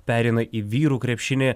pereina į vyrų krepšinį